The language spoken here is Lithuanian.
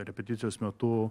repeticijos metu